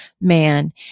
man